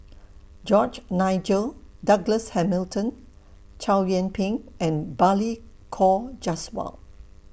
George Nigel Douglas Hamilton Chow Yian Ping and Balli Kaur Jaswal